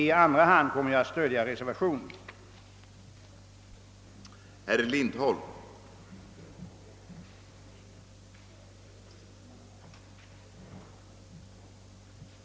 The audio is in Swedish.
I andra hand kommer jag att stödja reservationen 1.